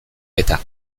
eta